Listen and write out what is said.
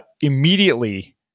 Immediately